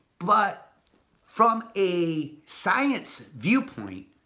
but from a science viewpoint,